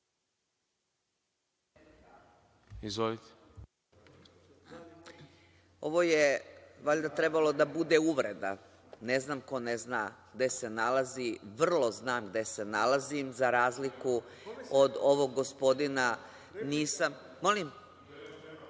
Radeta** Ovo je valjda trebala da bude uvreda. Ne znam ko ne zna gde se nalazi, jer vrlo znam gde se nalazim za razliku od ovog gospodina …(Vladimir